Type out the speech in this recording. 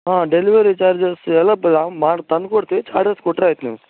ಹಾಂ delivery charges ಎಲ್ಲ ತ ಮಾಡಿ ತಂದು ಕೊಡ್ತೀವಿ ಚಾರ್ಜಸ್ ಕೊಟ್ಟರೆ ಆಯ್ತು ನೀವು